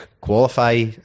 qualify